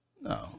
No